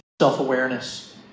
self-awareness